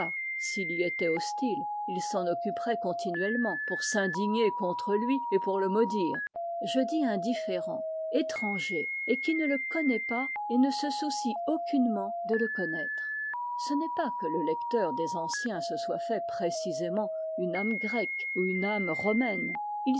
s'il y était hostile il s'en occuperait continuellement pour s'indigner contre lui et pour le maudire je dis indifférent étranger et qui ne le connaît pas et ne se soucie aucunement de le connaître ce n'est pas que le lecteur des anciens se soit fait précisément une âme grecque ou une âme romaine